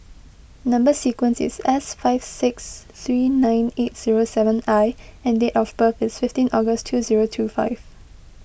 Number Sequence is S five six three nine eight zero seven I and date of birth is fifteen August two zero two five